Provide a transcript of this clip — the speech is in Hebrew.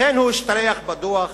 לכן הוא השתלח בדוח,